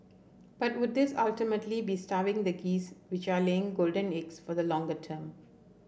but would this ultimately be starving the geese which are laying golden eggs for the longer term